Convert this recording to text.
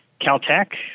Caltech